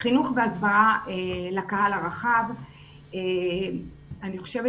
חינוך והסברה לקהל הרחב - אני חושבת